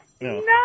No